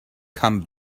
come